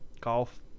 Golf